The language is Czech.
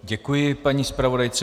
Děkuji paní zpravodajce.